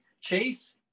Chase